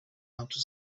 outer